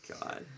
God